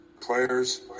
players